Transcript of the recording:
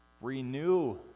renew